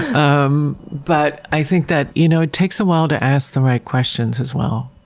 um but i think that you know it takes a while to ask the right questions as well.